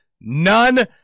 none